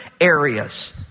areas